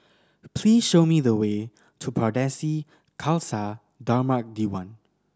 please show me the way to Pardesi Khalsa Dharmak Diwan